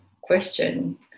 question